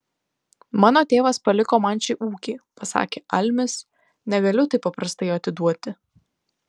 mano tėvas paliko man šį ūkį pasakė almis negaliu taip paprastai jo atiduoti